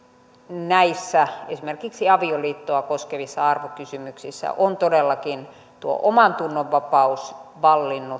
näissä esimerkiksi avioliittoa koskevissa arvokysymyksissä on todellakin tuo omantunnon vapaus vallinnut